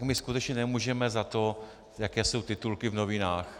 My skutečně nemůžeme za to, jaké jsou titulky v novinách.